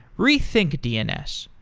rethink dns,